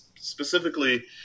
specifically